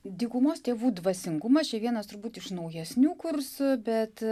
dykumos tėvų dvasingumas čia vienas turbūt iš naujesnių kursų bet